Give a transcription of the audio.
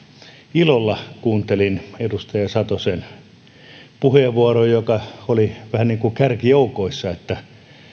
ilolla kuuntelin edustaja satosen puheenvuoroa joka oli vähän niin kuin kärkijoukoissa että